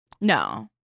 no